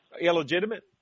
Illegitimate